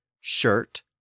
shirt